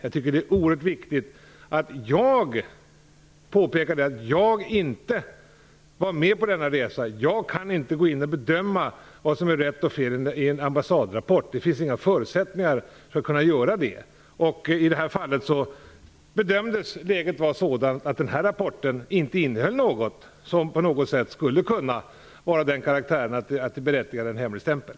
Jag tycker att det är oerhört viktigt att jag - jag vill påpeka det - inte var med på denna resa. Jag kan inte gå in och bedöma vad som är rätt och fel i en ambassadrapport. Det finns inga förutsättningar för att göra det. I det här fallet bedömdes läget vara sådant att rapporten inte innehöll något som på något sätt skulle kunna vara av den karaktären att det berättigar en hemligstämpel.